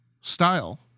style